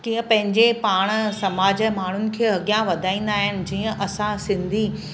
कीअं पंहिंजे पाण समाज या माण्हुनि खे अॻियां वधाईंदा आहिनि जीअं असां सिंधी